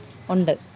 ഉണ്ട്